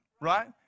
right